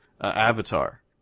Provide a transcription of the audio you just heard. Avatar